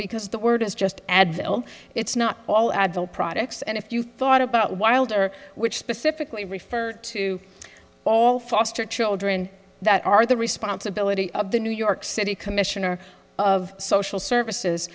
because the word is just advil it's not all adult products and if you thought about wilder which specifically refer to all foster children that are the responsibility of the new york city commissioner of social services